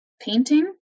painting